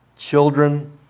Children